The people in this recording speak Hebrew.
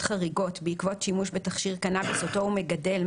חריגות בעקבות שימוש בתכשיר קנאביס אותו הוא מגדל,